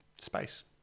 space